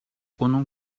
onun